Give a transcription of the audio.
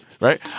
Right